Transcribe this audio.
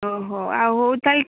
ଆଉ ହଉ